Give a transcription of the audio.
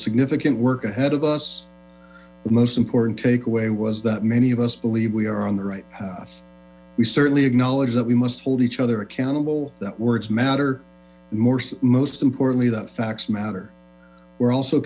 significant work ahead of us the most important takeaway was that many of us believe we are o o t t rhtht path we certainly acknowledge that we must hold each other accountable that words matter more most importantly facts matter we're also